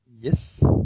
Yes